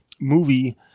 movie